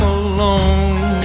alone